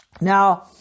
Now